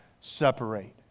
separate